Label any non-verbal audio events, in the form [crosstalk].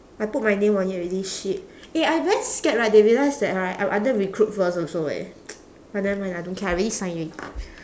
I put my name on it already shit eh I very scared right they realise that right I'm under recruitfirst also eh [noise] but never mind lah don't care I already sign already